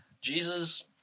Jesus